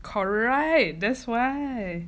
correct that's why